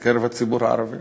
בקרב הציבור הערבי